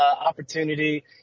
opportunity